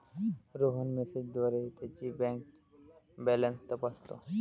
रोहन मेसेजद्वारे त्याची bank balance तपासतो